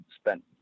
spent